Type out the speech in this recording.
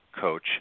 Coach